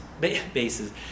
Bases